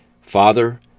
Father